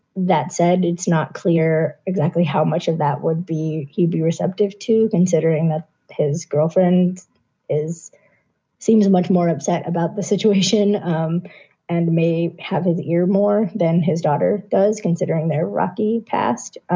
that said, it's not clear exactly how much of that would be. he'd be receptive to considering that his girlfriend is seems much more upset about the situation um and may have his ear more than his daughter does considering their rocky past.